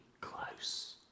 close